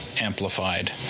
amplified